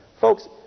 Folks